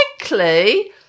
likely